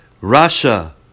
Russia